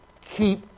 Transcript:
Keep